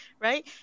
Right